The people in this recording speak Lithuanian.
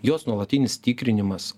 jos nuolatinis tikrinimas